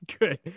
Good